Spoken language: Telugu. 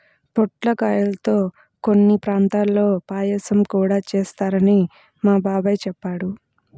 పొట్లకాయల్తో కొన్ని ప్రాంతాల్లో పాయసం గూడా చేత్తారని మా బాబాయ్ చెప్పాడు